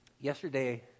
Yesterday